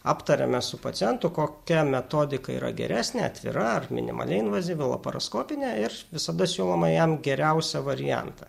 aptariame su pacientu kokia metodika yra geresnė atvira ar minimaliai invazyvi laparoskopinė ir visada siūloma jam geriausią variantą